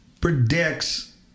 Predicts